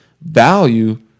value